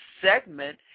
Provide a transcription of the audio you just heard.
segment